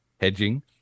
hedging